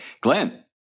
Glenn